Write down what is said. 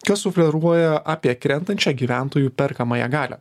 kas sufleruoja apie krentančią gyventojų perkamąją galią